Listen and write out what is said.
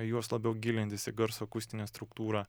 į juos labiau gilintis į garso akustinę struktūrą